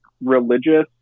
religious